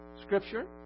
Scripture